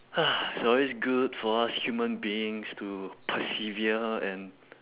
it's always good for us human beings to persevere and